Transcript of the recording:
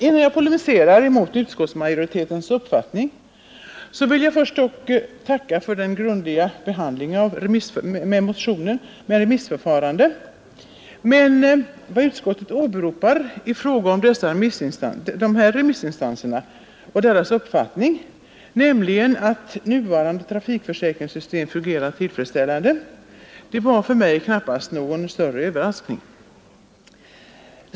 Innan jag här polemiserar mot utskottsmajoritetens uppfattning vill jag dock först tacka för utskottets grundliga behandling med remissförfarande av vår motion. Utskottet framhåller att samtliga remissinstanser anfört att det nuvarande trafikförsäkringssystemet fungerar tillfredsställande, och det var knappast någon större överraskning för mig.